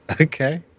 okay